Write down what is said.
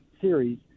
series